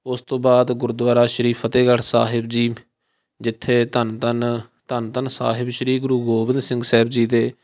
ਉਸ ਤੋਂ ਬਾਅਦ ਗੁਰਦੁਆਰਾ ਸ਼੍ਰੀ ਫਤਿਹਗੜ੍ਹ ਸਾਹਿਬ ਜੀ ਜਿੱਥੇ ਧੰਨ ਧੰਨ ਧੰਨ ਧੰਨ ਸਾਹਿਬ ਸ਼੍ਰੀ ਗੁਰੂ ਗੋਬਿੰਦ ਸਿੰਘ ਸਾਹਿਬ ਜੀ ਦੇ